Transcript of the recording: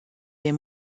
des